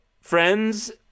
friends